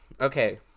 Okay